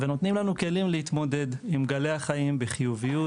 ונותנים לנו כלים להתמודד עם גלי החיים בחיוביות,